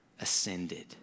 ascended